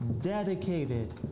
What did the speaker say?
dedicated